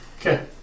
Okay